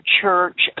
church